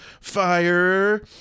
fire